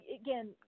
again